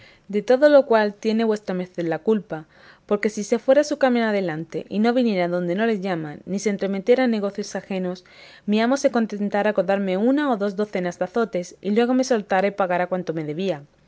de todo lo cual tiene vuestra merced la culpa porque si se fuera su camino adelante y no viniera donde no le llamaban ni se entremetiera en negocios ajenos mi amo se contentara con darme una o dos docenas de azotes y luego me soltara y pagara cuanto me debía